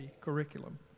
curriculum